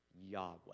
Yahweh